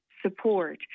support